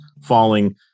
falling